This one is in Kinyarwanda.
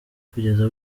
kugeza